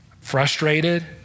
frustrated